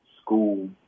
school